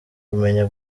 kumenya